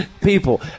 people